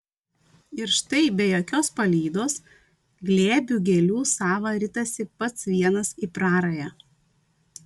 ir štai be jokios palydos glėbių gėlių sava ritasi pats vienas į prarają